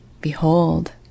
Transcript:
behold